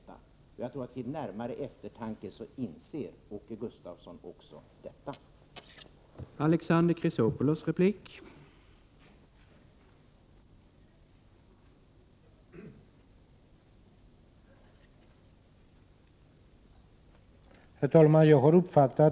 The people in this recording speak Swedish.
Jag tror att också Åke Gustavsson vid närmare eftertanke inser att det inte finns någon anledning att göra det.